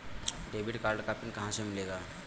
Debit card का PIN कहां से मिलेगा?